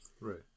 Right